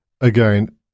again